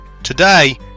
Today